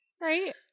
Right